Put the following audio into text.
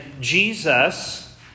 Jesus